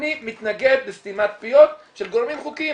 אני מתנגד לסתימת פיות של גורמים חוקיים,